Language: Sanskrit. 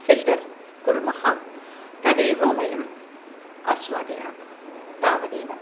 फ़िल्टर् कुर्मः तदेव वयं आस्वादयामः तावदेव